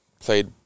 played